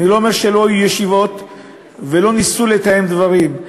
אני לא אומר שלא היו ישיבות ולא ניסו לתאם דברים,